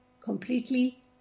completely